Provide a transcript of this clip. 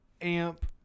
AMP